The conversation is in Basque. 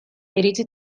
iritzi